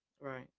right